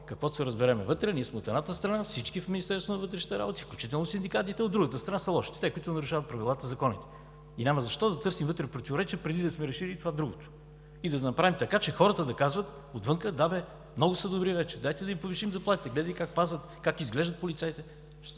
каквото се разберем вътре, ние сме от едната страна, всички в Министерството на вътрешните работи, включително синдикатите, от другата страна са лошите – тези, които нарушават правилата и законите, и няма защо да търсим вътре противоречия, преди да сме решили това, другото. Да направим така, че хората отвън да казват: „Да, много са добри вече, дайте да им повишим заплатите! Гледай как пазят, как изглеждат полицаите“.